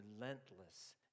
relentless